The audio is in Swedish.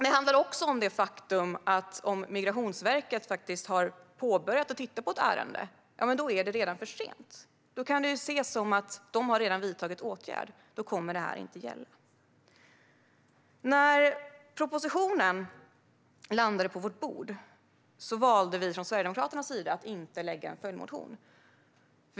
Det handlar också om det faktum att om Migrationsverket faktiskt har börjat titta på ett ärende är det redan för sent. Då kan det ses som att de redan har vidtagit åtgärd och att det här då inte kommer att gälla. När propositionen landade på vårt bord valde vi från Sverigedemokraternas sida att inte lägga en följdmotion.